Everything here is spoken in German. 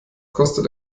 kostet